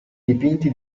dipinti